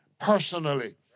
personally